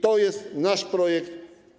To jest nasz projekt.